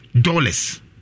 dollars